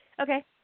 okay